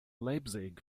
leipzig